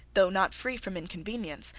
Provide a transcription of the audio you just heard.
though not free from inconveniences,